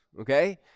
okay